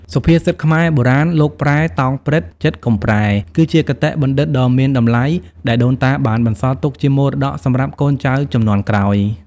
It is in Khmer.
សុភាសិតខ្មែរបុរាណ "លោកប្រែ តោងព្រឹត្តិ ចិត្តកុំប្រែ" គឺជាគតិបណ្ឌិតដ៏មានតម្លៃ ដែលដូនតាបានបន្សល់ទុកជាមរតកសម្រាប់កូនចៅជំនាន់ក្រោយ។